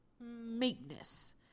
Meekness